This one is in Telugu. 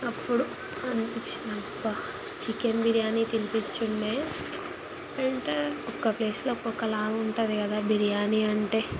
అప్పుడు అనిపిచ్చింది అబ్బ చికెన్ బిర్యానీ తినిపిచుండే అంటే ఒక ప్లేస్లో ఒకొక్కలా ఉంటుంది కదా బిర్యానీ అంటే